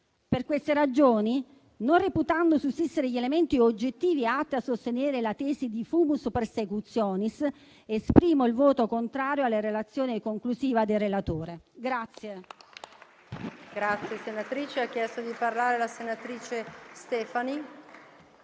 Per queste ragioni, non reputando sussistere gli elementi oggettivi atti a sostenere la tesi di *fumus persecutionis,* esprimo il voto contrario alla relazione conclusiva del relatore.